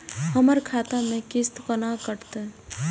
हमर खाता से किस्त कोना कटतै?